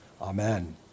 Amen